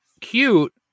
cute